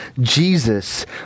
Jesus